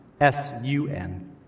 S-U-N